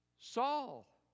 Saul